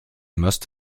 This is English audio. must